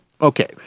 Okay